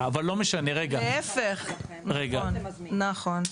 להיפך, נכון.